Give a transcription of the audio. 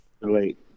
Relate